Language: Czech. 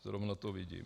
Zrovna to vidím.